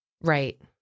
right